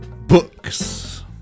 books